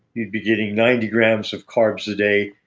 you'd be getting ninety grams of carbs a day,